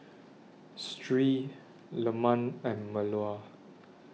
Sri Leman and Melur